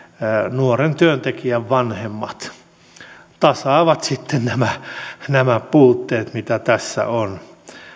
nuoren työntekijän vanhemmat jotka tasaavat sitten nämä nämä puutteet mitä tässä on